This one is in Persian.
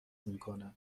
میکنه